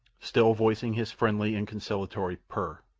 still voicing his friendly and conciliatory purr.